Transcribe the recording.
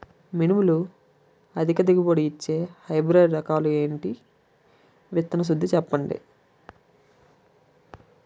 మినుములు అధిక దిగుబడి ఇచ్చే హైబ్రిడ్ రకాలు ఏంటి? విత్తన శుద్ధి చెప్పండి?